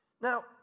Now